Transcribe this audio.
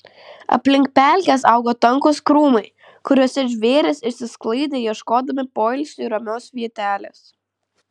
aplink pelkes augo tankūs krūmai kuriuose žvėrys išsisklaidė ieškodami poilsiui ramios vietelės